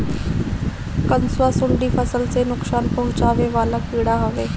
कंसुआ, सुंडी फसल ले नुकसान पहुचावे वाला कीड़ा हवे